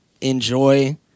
enjoy